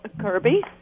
Kirby